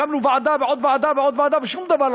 הקמנו ועדה ועוד ועדה ועוד ועדה,